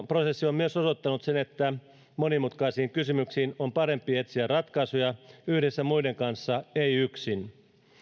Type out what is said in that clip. prosessi on myös osoittanut sen että monimutkaisiin kysymyksiin on parempi etsiä ratkaisuja yhdessä muiden kanssa ei yksin